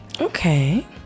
Okay